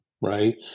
right